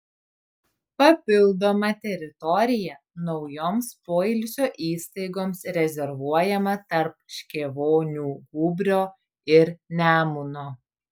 papildoma teritorija naujoms poilsio įstaigoms rezervuojama tarp škėvonių gūbrio ir nemuno